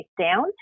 down